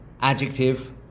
adjective